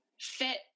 fit